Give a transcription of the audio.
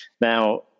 Now